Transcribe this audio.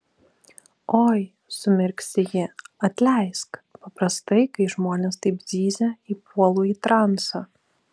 oi sumirksi ji atleisk paprastai kai žmonės taip zyzia įpuolu į transą